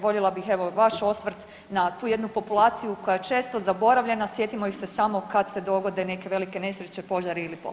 Voljela bih evo i vaš osvrt na tu jednu populaciju koja je često zaboravljena, sjetimo ih se samo kad se dogode neke velike nesreće, požari ili poplave.